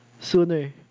Sooner